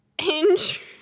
Hinge